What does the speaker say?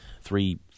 three